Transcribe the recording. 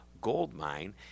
Goldmine